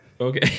Okay